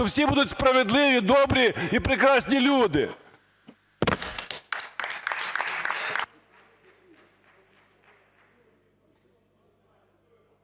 що всі будуть справедливі, добрі і прекрасні люди.